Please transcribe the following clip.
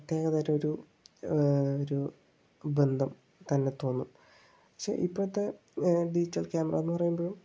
പ്രത്യേക തരം ഒരു ഒരു ബന്ധം തന്നെ തോന്നും പക്ഷേ ഇപ്പോഴത്തെ ഡിജിറ്റൽ ക്യാമറ എന്ന് പറയുമ്പോൾ